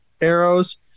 arrows